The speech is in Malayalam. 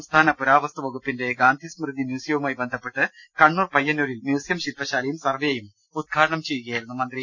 സംസ്ഥാന പുരാവസ്തു വകുപ്പിന്റെ ഗാന്ധി സ്മൃതി മ്യൂസിയവുമായി ബന്ധപ്പെട്ട് കണ്ണൂർ പയ്യന്നൂരിൽ മ്യൂസിയം ശിൽപ്പശാലയും സർവ്വെയും ഉദ്ഘാടനം ചെയ്യുകയായിരുന്നു മന്ത്രി